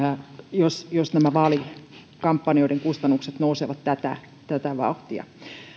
jos jos nämä vaalikampanjoiden kustannukset nousevat tätä tätä vauhtia